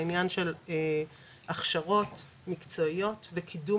לעניין של הכשרות מקצועיות וקידום